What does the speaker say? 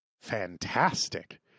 fantastic